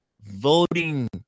voting